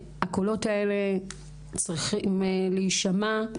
הקולות האלה צריכים להישמע,